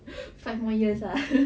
five more years ah